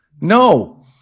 No